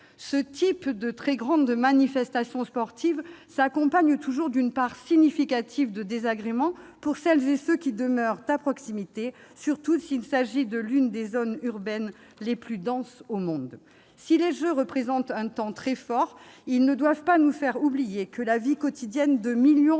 Ce type de très grande manifestation sportive s'accompagne toujours d'une part significative de désagréments pour celles et ceux qui demeurent à proximité, surtout s'il s'agit de l'une des zones urbaines les plus denses au monde. Si les Jeux représentent un temps très fort, ils ne doivent pas nous faire oublier que la vie quotidienne de millions